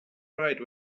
right